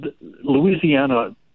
Louisiana